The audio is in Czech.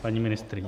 Paní ministryně?